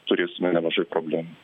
turėsime nemažai problemų